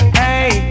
hey